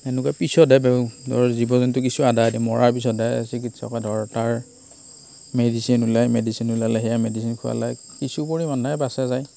তেনেকুৱা পিছতহে বে ধৰ জীৱ জন্তু কিছু আধাআধি মৰাৰ পিছতহে চিকিৎসকে ধৰ তাৰ মেডিচিন ওলায় মেডিচিন ওলালে সেয়া মেডিচিন খুৱালে কিছু পৰিমাণহে বচা যায়